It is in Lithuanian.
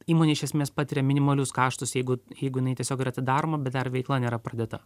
įmonė iš esmės patiria minimalius kaštus jeigu jeigu jinai tiesiog yra atidaroma bet dar veikla nėra pradėta